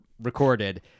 recorded